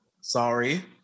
Sorry